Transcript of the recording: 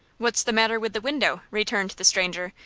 what's the matter with the window? returned the stranger,